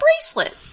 bracelet